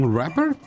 rapper